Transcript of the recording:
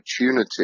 opportunity